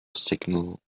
signal